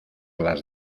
las